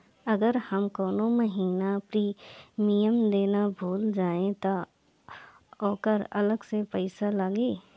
अगर हम कौने महीने प्रीमियम देना भूल जाई त ओकर अलग से पईसा लागी?